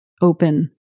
open